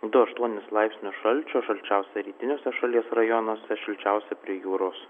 du aštuonis laipsnius šalčio šalčiausia rytiniuose šalies rajonuose šilčiausia prie jūros